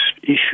Issue